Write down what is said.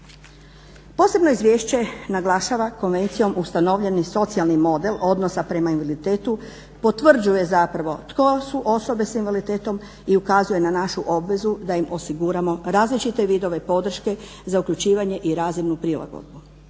Posebno izvješće naglašava konvencijom ustanovljeni socijalni model odnosa prema invaliditetu potvrđuje zapravo tko su osobe s invaliditetom i ukazuje na našu obvezu da im osiguramo različite vidove podrške za uključivanje i razmjernu prilagodbu.